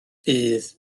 bydd